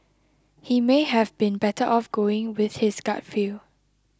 he may have been better off going with his gut feel